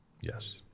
Yes